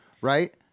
right